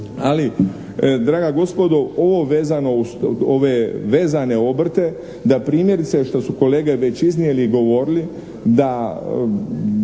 Ali draga gospodo, ovo vezano uz ove vezane obrte da primjerice što su kolege već iznijeli i govorili da